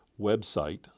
website